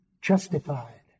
justified